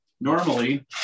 Normally